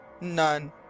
None